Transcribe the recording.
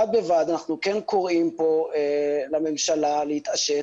בד בבד, אנחנו כן קוראים פה לממשלה להתעשת